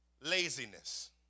laziness